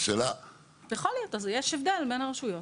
אז יש הבדל בין הרשויות.